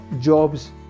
jobs